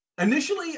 Initially